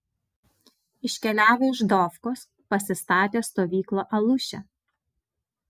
iškeliavę iš dofkos pasistatė stovyklą aluše